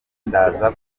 ndaza